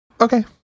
Okay